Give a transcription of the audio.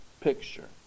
picture